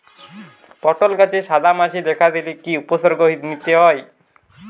পটল গাছে সাদা মাছি দেখা দিলে কি কি উপসর্গ নিতে হয়?